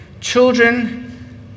children